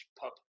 pub